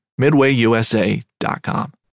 MidwayUSA.com